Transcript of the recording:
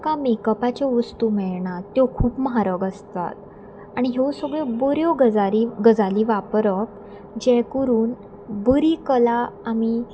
ताका मेकअपाच्यो वस्तू मेळणात त्यो खूब म्हारग आसतात आनी ह्यो सगळ्यो बऱ्यो गजारी गजाली वापरप जे करून बरी कला आमी